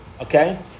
Okay